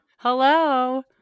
Hello